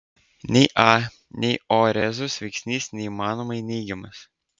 nei a nei o rezus veiksnys neįmanomai neigiamas